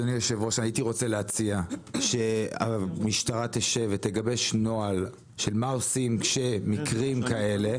הייתי רוצה להציע שהמשטרה תשב ותגבש נוהל של מה עושים כשמקרים כאלה...